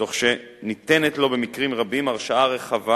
תוך שניתנת לו במקרים רבים הרשאה רחבה